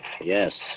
Yes